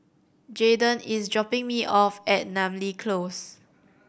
Jaydon is dropping me off at Namly Close